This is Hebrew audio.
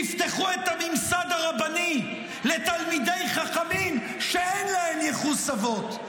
תפתחו את הממסד הרבני לתלמידי חכמים שאין להם ייחוס אבות.